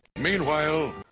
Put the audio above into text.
Meanwhile